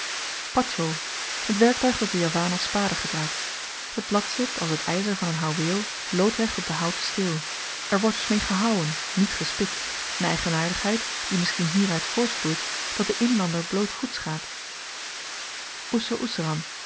t werktuig dat de javaan als spade gebruikt het blad zit als t yzer van n houweel loodrecht op den houten steel er wordt dus mee gehouwen niet gespit n eigenaardigheid die misschien hieruit voortvloeit dat de inlander blootvoets gaat